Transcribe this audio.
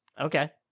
Okay